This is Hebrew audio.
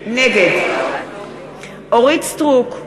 נגד אורית סטרוק,